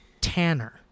Tanner